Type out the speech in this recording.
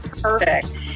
perfect